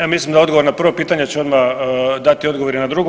Ja mislim da odgovor na prvo pitanje će odmah dati odgovor i na drugo.